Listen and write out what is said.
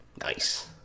Nice